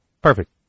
Perfect